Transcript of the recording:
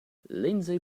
lindsey